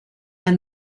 they